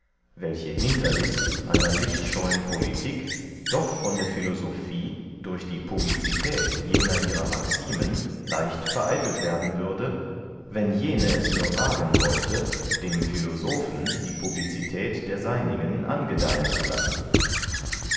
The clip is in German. welche hinterlist einer lichtscheuen politik doch von der philosophie durch die publicität jener ihrer maximen leicht vereitelt werden würde wenn jene es nur wagen wollte dem philosophen die publicität der seinigen angedeihen zu lassen